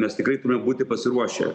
mes tikrai turime būti pasiruošę